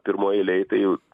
pirmoj eilėj tai